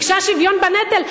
ביקשה שוויון בנטל?